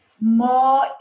more